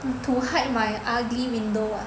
to hide my ugly window ah